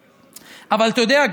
אבל אתה יודע,